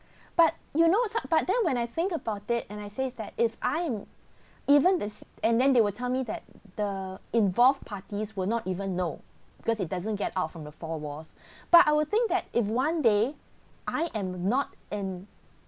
but you know thought but then when I think about it and I says that if I'm even this and then they will tell me that the involve parties will not even know because it doesn't get out from the four walls but I would think that if one day I am not in